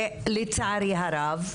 לצערי הרב,